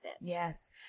Yes